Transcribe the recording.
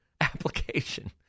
application